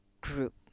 group